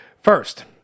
First